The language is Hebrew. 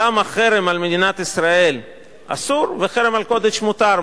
למה חרם על מדינת ישראל אסור וחרם על "קוטג'" מותר?